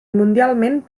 mundialment